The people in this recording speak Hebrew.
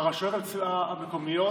הרשויות המקומיות